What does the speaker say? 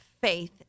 faith